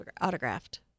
autographed